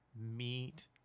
meat